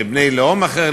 לבני לאום אחר,